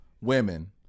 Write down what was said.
women